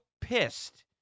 pissed